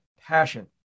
passion